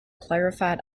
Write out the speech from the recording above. clarified